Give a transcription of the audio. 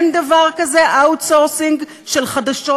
שאין דבר כזה outsourcing של חדשות